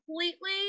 completely